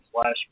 slash